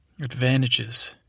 Advantages